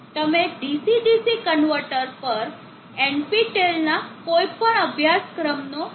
તમે DC DC converter પર NPTEL ના કોઈપણ અભ્યાસક્રમનો રેફરન્સ લઈ શકો છો